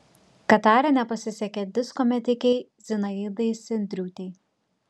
katare nepasisekė disko metikei zinaidai sendriūtei